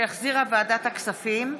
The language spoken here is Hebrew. שהחזירה ועדת הכספים.